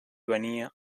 venia